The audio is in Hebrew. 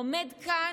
עומד כאן,